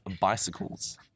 bicycles